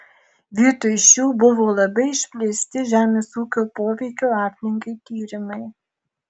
vietoj šių buvo labai išplėsti žemės ūkio poveikio aplinkai tyrimai